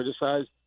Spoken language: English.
criticized